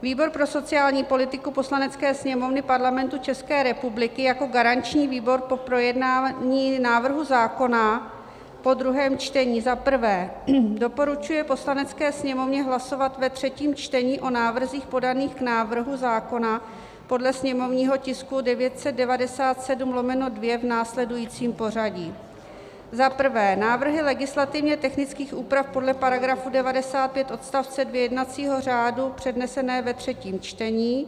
Výbor pro sociální politiku Poslanecké sněmovny Parlamentu ČR jako garanční výbor po projednání návrhu zákona po druhém čtení za prvé doporučuje Poslanecké sněmovně hlasovat ve třetím čtení o návrzích podaných k návrhu zákona podle sněmovního tisku 997/2 v následujícím pořadí: Za prvé, návrhy legislativně technických úprav podle § 95 odst. 2 jednacího řádu přednesené ve třetím čtení.